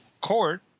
court